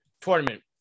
tournament